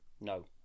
No